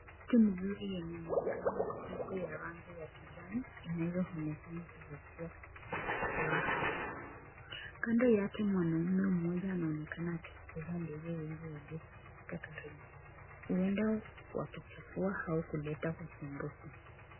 Miti mizuri yenye majani ya rangi ya kijani inayoonekana kuvutia katika mazingira haya, kando yake mwanaume mmoja anaonekana akifukuza ndege wengi waliokusanyika karibu, huenda wakichafua au kuleta usumbufu.